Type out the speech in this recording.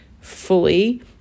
fully